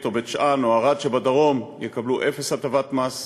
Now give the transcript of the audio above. או בית-שאן או ערד שבדרום יקבלו אפס הטבת מס.